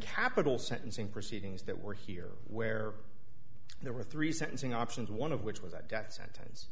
capital sentencing proceedings that were here where there were three sentencing options one of which was a death sentence